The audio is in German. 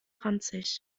ranzig